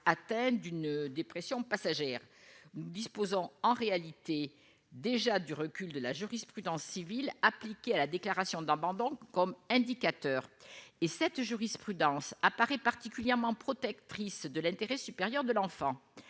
Athènes d'une dépression passagère nous disposons en réalité déjà du recul de la jurisprudence civile appliquée à la déclaration d'abandon comme indicateur et cette jurisprudence apparaît particulièrement protectrice de l'intérêt supérieur de l'enfant,